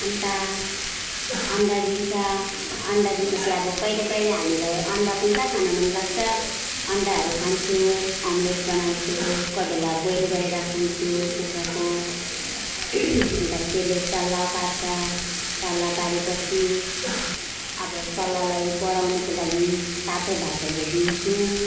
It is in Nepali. अन्त अन्डा दिन्छ अन्डा दिए पछि अब कहिले कहिले हामीलाई अन्डा पनि त खान मन लाग्छ अन्डाहरू खान्छु ओम्लेट बनाउँछु कोही बेला बोइल गरेर खान्छु कुखुराको अन्त त्यसले चल्ला पार्छ चल्ला पारे पछि अब चल्लालाई बढाउनुको लागि तातो भातहरू दिन्छु